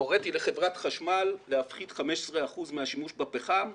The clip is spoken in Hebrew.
הוריתי לחברת חשמל להפחית 15 אחוזים מהשימוש בפחם.